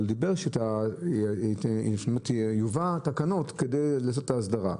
אבל דיבר שיובא התקנות כדי לעשות את ההסדרה.